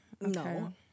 No